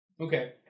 Okay